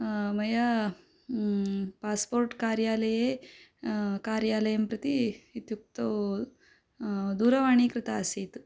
मया पास्पोर्ट् कार्यालये कार्यालयं प्रति इत्युक्तौ दूरवाणी कृता आसीत्